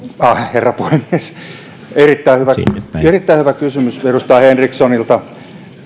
herra puhemies erittäin hyvä kysymys edustaja henrikssonilta